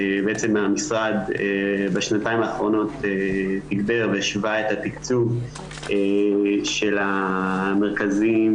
בעצם המשרד בשנתיים האחרונות תיגבר והשווה את התקצוב של המרכזים